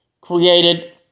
created